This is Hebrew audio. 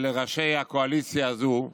בעיניי, של ראשי הקואליציה הזו.